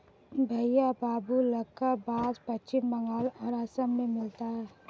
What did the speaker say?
भईया बाबुल्का बास पश्चिम बंगाल और असम में मिलता है